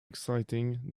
exciting